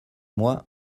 moi